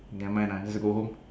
never mind lah just go home